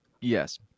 Yes